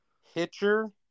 Hitcher